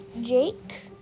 Jake